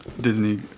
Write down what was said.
Disney